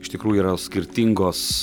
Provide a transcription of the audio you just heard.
iš tikrųjų yra skirtingos